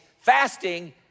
fasting